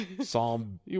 Psalm